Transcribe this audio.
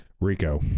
Rico